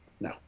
No